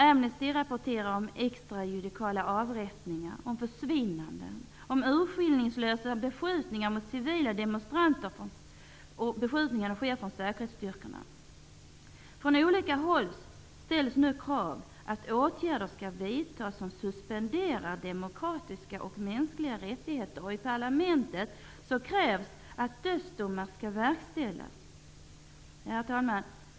Amnesty rapporterar om extra-judikala avrättningar, om Från olika håll ställs nu krav att åtgärder skall vidtas som suspenderar demokratiska och mänskliga rättigheter. I parlamentet krävs att dödsdomar skall verkställas.'' Herr talman!